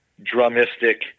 drumistic